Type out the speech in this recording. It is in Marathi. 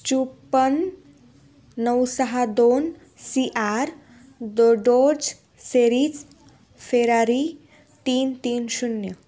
चौपन्न नऊ सहा दोन सी आर दो डोर्ज सेरीज फेरारी तीन तीन शून्य